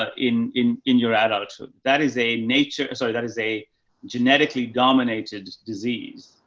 ah in, in, in your adults. ah that is a nature, sorry, that is a genetically dominated disease.